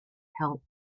help